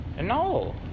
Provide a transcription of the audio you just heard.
No